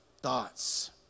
thoughts